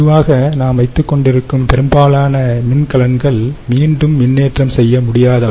பொதுவாக நாம் வைத்துக் கொண்டிருக்கும் பெரும்பாலான மின்கலன்கள் மீண்டும் மின்னேற்றம் செய்ய முடியாதவை